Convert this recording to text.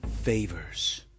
favors